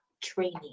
training